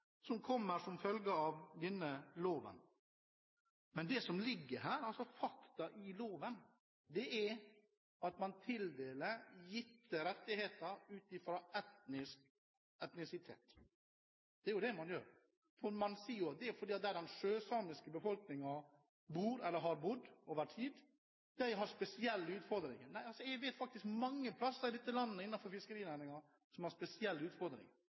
som kommer som følge av denne loven, og fakta er at man tildeler gitte rettigheter ut fra etnisitet. Det er det man gjør. For man sier jo at der den sjøsamiske befolkningen bor eller har bodd over tid, er det spesielle utfordringer. Jeg vet om mange steder i landet i fiskerinæringen som har